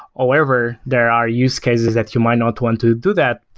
however, there are use cases that you might not want to do that.